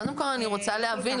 קודם כל אני רוצה להבין,